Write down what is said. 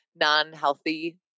non-healthy